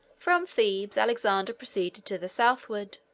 from thebes alexander proceeded to the southward.